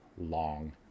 long